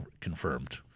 confirmed